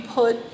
put